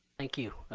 thank you.